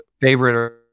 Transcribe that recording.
favorite